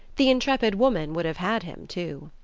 the intrepid woman would have had him too.